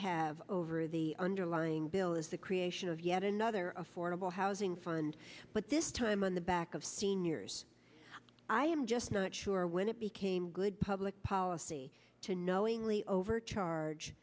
have over the underlying bill is the creation of yet another affordable housing fund but this time on the back of seniors i am just not sure when it became good public policy to knowingly overcharge